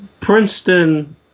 princeton